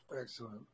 Excellent